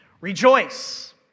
Rejoice